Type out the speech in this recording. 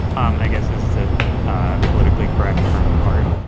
um i guess is the ah politically correct term of art.